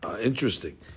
interesting